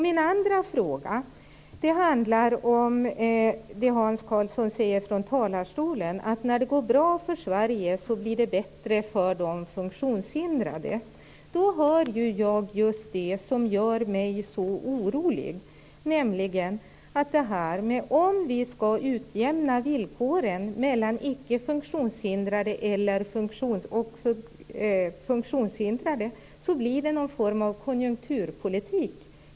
Min andra fråga handlar om det som Hans Karlsson sade från talarstolen, nämligen att när det går bra för Sverige blir det bättre för de funktionshindrade. Då hör jag just det som gör mig så orolig, nämligen att om vi skall utjämna villkoren mellan icke funktionshindrade och funktionshindrade blir det fråga om någon form av konjunkturpolitik.